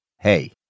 Hey